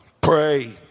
pray